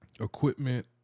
equipment